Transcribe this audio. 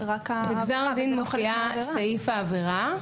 בגזר הדין מופיע סעיף העבירה.